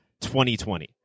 2020